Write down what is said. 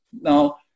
now